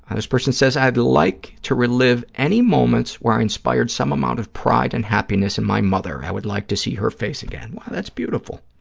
this person says, i'd like to relive any moments where i inspired some amount of pride and happiness in my mother. i would like to see her face again. wow, that's beautiful.